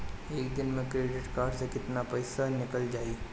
एक दिन मे क्रेडिट कार्ड से कितना पैसा निकल जाई?